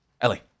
Ellie